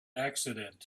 accident